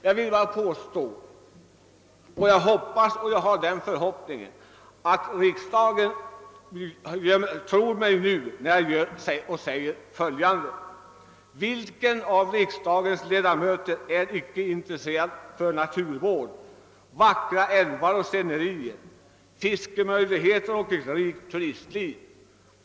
Jag vill till sist bara hoppas att kammaren tror mig då jag säger följande: Vilka ledamöter av riksdagen är inte intresserade av naturvård, av att behålla vackra älvar och scenerier, fiskemöjligheter och ett rikt turistliv?